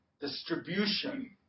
distribution